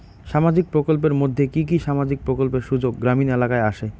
সামাজিক প্রকল্পের মধ্যে কি কি সামাজিক প্রকল্পের সুযোগ গ্রামীণ এলাকায় আসে?